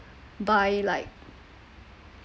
buy like